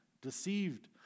deceived